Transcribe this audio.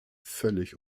völlig